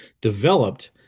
developed